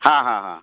ହଁ ହଁ ହଁ